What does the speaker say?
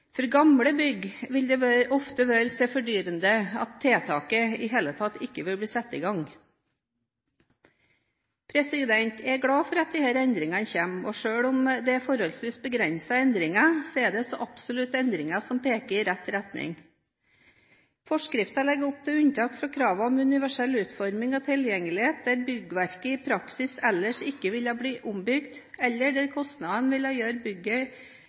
For gamle bygg vil det ofte være så fordyrende at tiltaket i det hele tatt ikke blir satt i gang. Jeg er glad for at disse endringene kommer, og selv om det er forholdsvis begrensede endringer, er det absolutt endringer som peker i rett retning. Forskriften legger opp til unntak fra kravet om universell utforming og tilgjengelighet der byggverket i praksis ellers ikke ville ha blitt ombygd, eller der kostnadene ved å gjøre bygget